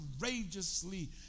courageously